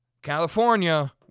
California